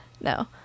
no